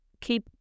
Keep